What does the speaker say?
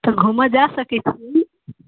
घूमय जा सकैत छी